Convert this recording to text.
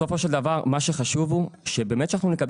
בסופו של דבר מה שחשוב הוא שבאמת שאנחנו נקבל